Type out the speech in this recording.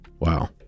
Wow